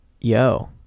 Yo